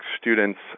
students